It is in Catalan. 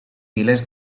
milers